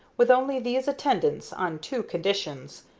with only these attendants, on two conditions.